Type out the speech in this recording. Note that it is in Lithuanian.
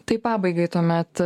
taip pabaigai tuomet